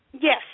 Yes